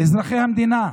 אזרחי המדינה,